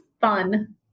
fun